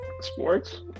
Sports